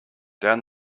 down